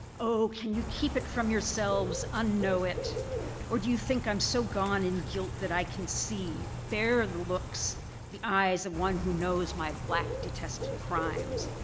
oh can you keep it from yourselves unknow it or do you think i'm so gone in guilt that i can see, bear and the looks the eyes of one who knows my black detested crimes.